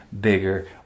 bigger